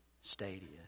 stadia